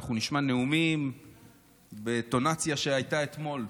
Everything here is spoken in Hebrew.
אנחנו נשמע נאומים בטונציה שהייתה אתמול,